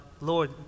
Lord